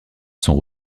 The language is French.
sont